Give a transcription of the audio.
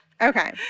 Okay